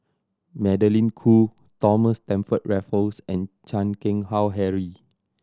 Magdalene Khoo Thomas Stamford Raffles and Chan Keng Howe Harry